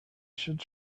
should